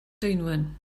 dwynwen